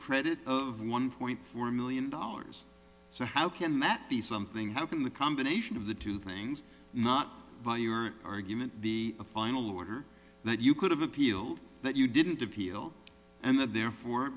credit of one point four million dollars so how can that be something how can the combination of the two things not by your argument be a final order that you could have appealed that you didn't appeal and that therefore